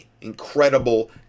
incredible